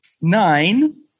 nine